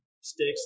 sticks